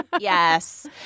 Yes